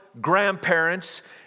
grandparents